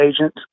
agent